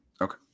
Okay